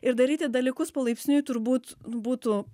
ir daryti dalykus palaipsniui turbūt būtų